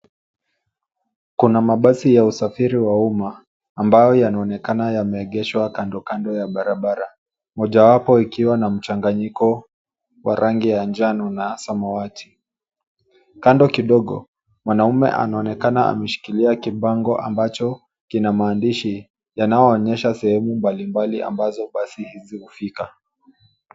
Kuna mabasi ya usafiri wa umma ambayo yanaonekana yameegeshwa kandokando ya barabara majawapo ikiwa na mchanganyiko wa rangi ya njano na samawati kando kidogo mwanaume anaonekana ameshikilia kibango ambacho kina maandishi yanayoonyesha sehemu mbalimbali ambazo basi hizi hufika.